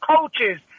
coaches